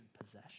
possession